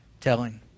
telling